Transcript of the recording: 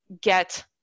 get